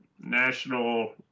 national